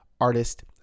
artist